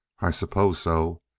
i suppose so.